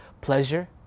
pleasure